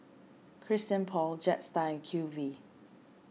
Christian Paul Jetstar Q V